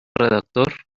redactor